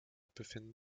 befinden